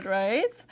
right